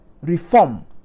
reform